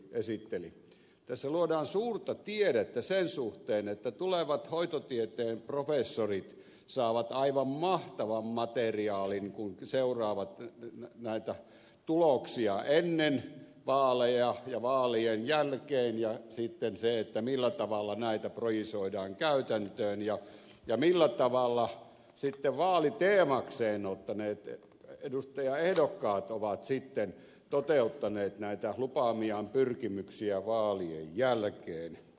tässä luodaan suurta tiedettä sen suhteen että tulevat hoitotieteen professorit saavat aivan mahtavan materiaalin kun seuraavat näitä tuloksia ennen vaaleja ja vaalien jälkeen ja sitten sitä että millä tavalla näitä projisoidaan käytäntöön ja millä tavalla vaaliteemakseen ottaneet edustajaehdokkaat ovat sitten toteuttaneet näitä lupaamiaan pyrkimyksiä vaalien jälkeen